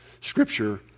Scripture